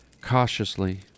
Cautiously